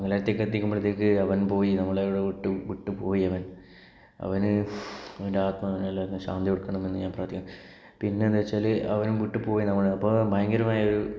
മംഗലാപുരത്ത് എത്തിക്കുമ്പോളത്തേക്ക് അവൻ പോയി നമ്മളെ എല്ലാ വിട്ട് വിട്ട് പോയി അവൻ അവന് അവന്റെ ആത്മാവിന് നല്ല ശാന്തി കൊടുക്കണമെന്ന് ഞാൻ പ്രാർഥിക്കുന്നു പിന്നെ എന്താ വെച്ചാല് അവന് വിട്ട് പോയി നമ്മളെ അപ്പോ ഭയങ്കരമായ ഒരു